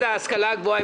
נגד ההעברה להשכלה הגבוהה,